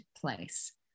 place